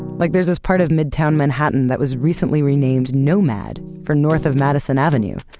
like there's this part of midtown manhattan that was recently renamed nomad, for north of madison avenue.